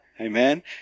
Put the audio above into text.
Amen